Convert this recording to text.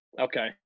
Okay